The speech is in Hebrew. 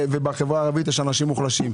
ובחברה הערבית יש אנשים מוחלשים.